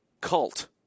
cult